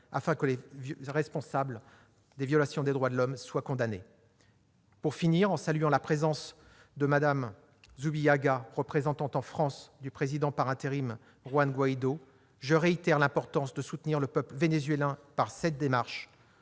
afin que les responsables des violations des droits de l'homme soient condamnés. Pour finir, en saluant la présence dans la tribune de Mme Isadora Zubillaga, représentante en France du président par intérim Juan Guaidó, je tiens répéter combien il est important de soutenir le peuple vénézuélien par cette démarche.